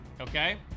okay